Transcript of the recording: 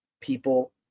People